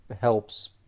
helps